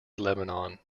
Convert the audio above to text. lebanon